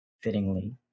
fittingly